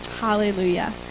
hallelujah